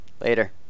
Later